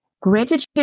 gratitude